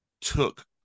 took